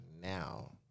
now